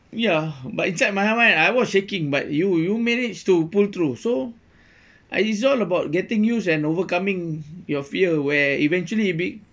ya but inside my mind I was shaking but you you managed to pull through so ah it's all about getting used and overcoming your fear where eventually be~